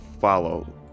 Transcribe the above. follow